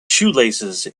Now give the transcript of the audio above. shoelaces